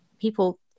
people